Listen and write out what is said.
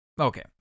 Okay